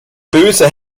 böse